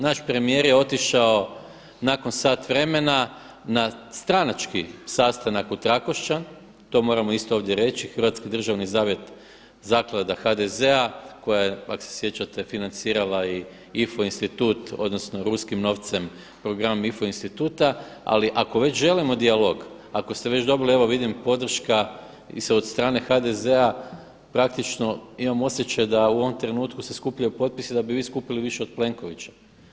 Naš premijer je otišao nakon sat vremena na stranački sastanak u Trakošćan, to moramo isto ovdje reći, Hrvatski državni zavjet, zaklada HDZ-a koja je ako se sjećate financirala i IFO institut odnosno ruskim novcem program IFO instituta, ali ako već želimo dijalog, ako ste već dobili evo vidim podrška i od strane HDZ-a praktično imam osjećaj da u ovom trenutku se skupljaju potpisi da bi vi skupili više od Plenkovića.